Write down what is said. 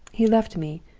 he left me,